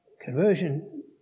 conversion